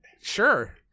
sure